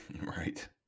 Right